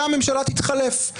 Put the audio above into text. והממשלה תתחלף.